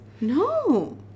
No